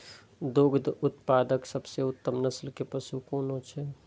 दुग्ध उत्पादक सबसे उत्तम नस्ल के पशु कुन छै?